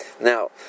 Now